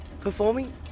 performing